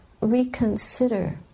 reconsider